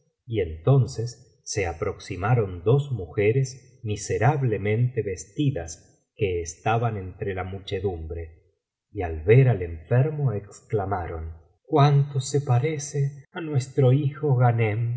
y entonces se aproximaron dos mujeres miserablemente vestidas que estaban entre la muchedumbre y al ver al enfermo exclamaron cuánto se parece á nuestro hijo ghanem